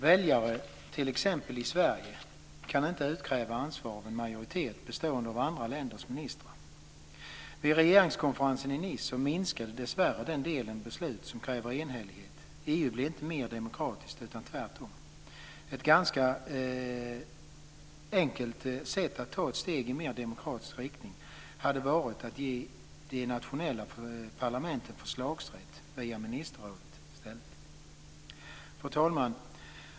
Väljare, t.ex. i Sverige, kan inte utkräva ansvar av en majoritet bestående av andra länders ministrar. Vid regeringskonferensen i Nice minskade dessvärre den delen beslut som kräver enhällighet. EU blev inte mer demokratiskt, tvärtom! Ett ganska enkelt sätt att ta ett steg i en mer demokratisk riktning hade varit att ge de nationella parlamenten förslagsrätt via ministerrådet. Fru talman!